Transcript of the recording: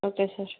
okay sir